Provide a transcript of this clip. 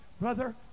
brother